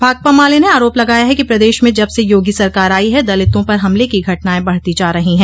भाकपा माले ने आरोप लगाया है कि प्रदेश में जब से योगी सरकार आई है दलितों पर हमले की घटनाएं बढ़ती जा रही है